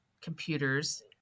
computers